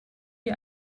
wie